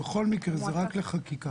בכל מקרה זה רק לחקיקה.